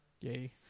Yay